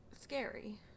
scary